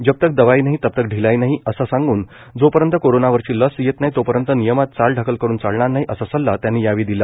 जब तक दवाई नही तब तक ढिलाई नही असं सांगून जोपर्यंत कोरोनावरची लस येत नाही तोपर्यंत नियमात चाल ढकल करून चालणार नाही असा सल्ला त्यांनी यावेळी दिला